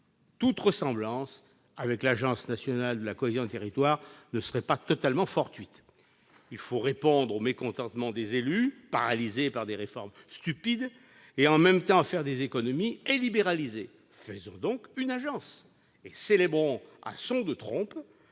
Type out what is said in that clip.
Toute ressemblance avec l'agence nationale de la cohésion des territoires ne serait pas totalement fortuite ... Il faut répondre au mécontentement des élus, paralysés par des réformes stupides, et, en même temps, faire des économies et libéraliser ? Faisons donc une agence et célébrons à son de trompe